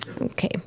Okay